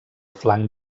flanc